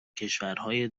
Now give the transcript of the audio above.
کشورهای